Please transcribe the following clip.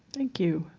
thank you,